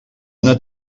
una